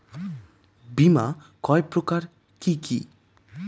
বীমা কয় প্রকার কি কি?